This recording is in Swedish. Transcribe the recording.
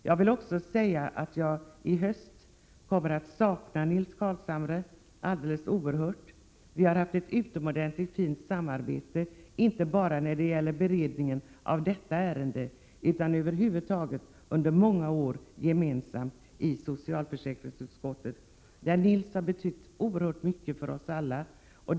Jag kommer i höst att sakna Nils Carlshamre alldeles oerhört. Vi har båda haft ett alldeles utomordentligt gott samarbete — inte bara när det gäller beredningen av detta ärende, utan över huvud taget under många år i socialförsäkringsutskottet, där han har betytt oerhört mycket för oss alla.